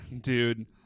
dude